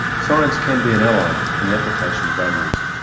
science can be an ally in the application of values.